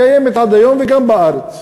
שקיימת עד היום וגם בארץ,